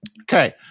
Okay